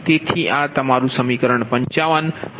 તેથી આ તમારું સમીકરણ 55 અને